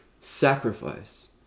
sacrifice